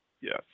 Yes